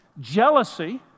Jealousy